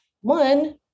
One